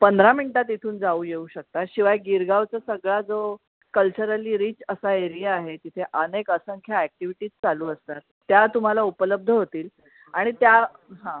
पंधरा मिनटात इथून जाऊ येऊ शकता शिवाय गिरगावचा सगळा जो कल्चरली रिच असा एरिया आहे तिथे अनेक असंख्य ॲक्टिव्हिटीज चालू असतात त्या तुम्हाला उपलब्ध होतील आणि त्या हं